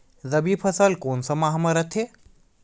रबी फसल कोन सा माह म रथे?